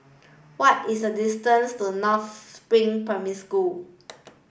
what is the distance to North Spring Primary School